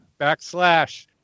backslash